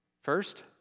First